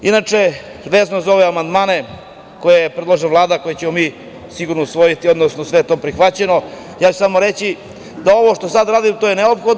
Inače, vezano za ove amandmane koje predlaže Vlada, koje ćemo mi sigurno usvojiti, odnosno sve je to prihvaćeno, ja ću samo reći da ovo što sada radimo, to je neophodno.